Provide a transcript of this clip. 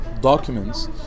documents